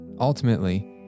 Ultimately